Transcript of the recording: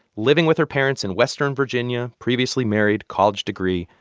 living with her parents in western virginia, previously married, college degree,